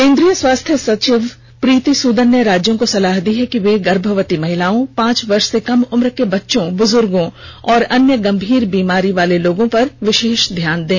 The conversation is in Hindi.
केन्द्रीय स्वास्थ्य सचिव प्रीति सूदन ने राज्यों को सलाह दी है कि वे गर्भवती महिलाओं पांच वर्ष से कम उम्र के बच्चों बुजुर्गो और अन्य गंभीर बीमारियों वाले लोगों पर विशेष ध्यान दें